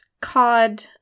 cod